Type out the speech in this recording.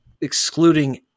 excluding